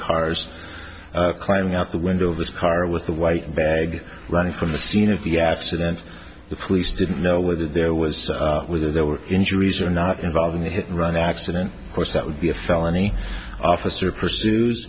cars climbing out the window of this car with a white bag running from the scene of the accident the police didn't know whether there was with or there were injuries or not involved in a hit and run accident course that would be a felony officer pursues